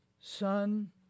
Son